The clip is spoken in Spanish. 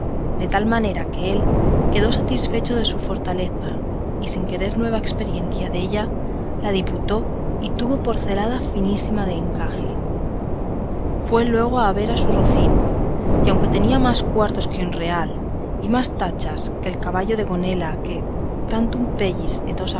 de tal manera que él quedó satisfecho de su fortaleza y sin querer hacer nueva experiencia della la diputó y tuvo por celada finísima de encaje fue luego a ver su rocín y aunque tenía más cuartos que un real y más tachas que el caballo de gonela que tantum